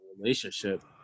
relationship